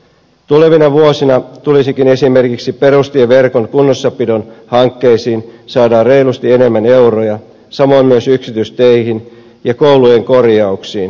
tulevina vuosina tulisikin esimerkiksi perustieverkon kunnossapidon hankkeisiin saada reilusti enemmän euroja samoin myös yksityisteihin ja koulujen korjauksiin